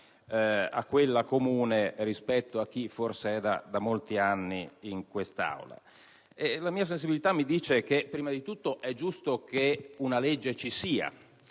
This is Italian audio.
da quella comune rispetto a quella di chi si trova da molti anni in quest'Aula. La mia sensibilità mi dice prima di tutto che è giusto che una legge ci sia,